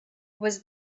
was